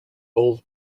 old